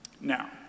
Now